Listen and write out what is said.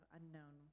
unknown